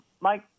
Mike